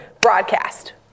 broadcast